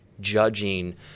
judging